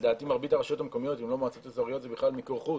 לדעתי במרבית הרשויות המקומיות וגם המועצות האזוריות זה בכלל מיקור חוץ,